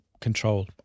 control